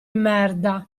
merda